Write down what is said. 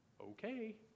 okay